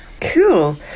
Cool